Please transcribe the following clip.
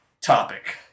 topic